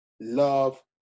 love